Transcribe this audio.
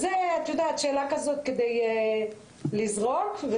זו שאלה שאני זורקת לאוויר.